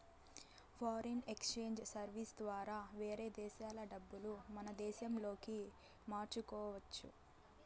foreign exchange services ద్వారా వేరే దేశాల డబ్బులు మన దేశంలోకి మార్చుకోవచ్చు